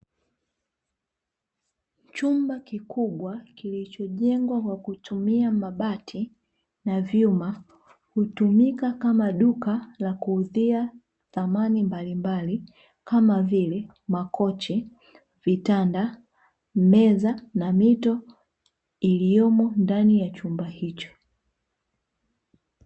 Chumba kikubwa kilicho jengwa kwa kutumia mabati na vyuma, hutumika kama duka la kuuzia samani mbalimbali kama vile makochi, vitanda, meza, na mito iliyomo ndani ya chumba hicho.